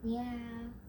ya